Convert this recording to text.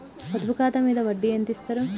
పొదుపు ఖాతా మీద వడ్డీ ఎంతిస్తరు?